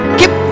keep